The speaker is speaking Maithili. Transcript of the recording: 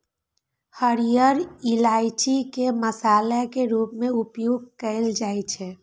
हरियर इलायची के मसाला के रूप मे उपयोग कैल जाइ छै